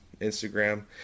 Instagram